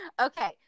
Okay